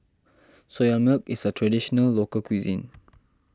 Soya Milk is a Traditional Local Cuisine